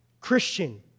Christian